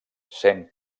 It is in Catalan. sent